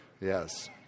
Yes